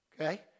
Okay